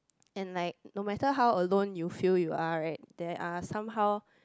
and like no matter how alone you feel you are right there are somehow